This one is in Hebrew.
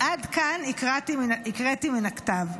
עד כאן הקראתי מן הכתב.